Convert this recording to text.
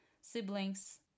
siblings